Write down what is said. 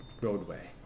roadway